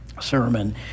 sermon